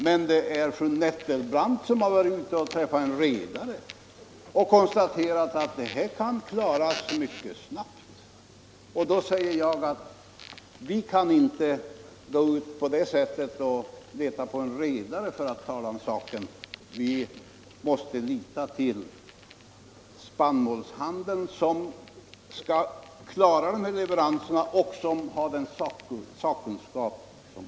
Men det är fru Torsdagen den Nettelbrandt som har varit ute och träffat en redare och konstaterat att — 12 december 1974 det här kan klaras mycket snabbt. Då säger jag att vi inte kan gå ut på det sättet och leta fram en redare för att tala om saken. Vi måste Ytterligare insatser lita till Svensk spannmålshandel, som skall klara dessa leveranser och Jör svältdrabbade har den sakkunskap som också behövs.